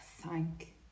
thank